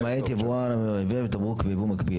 למעט יבואן המייבא תמרוק בייבוא מגביל,